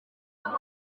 bwana